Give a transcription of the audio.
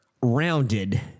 rounded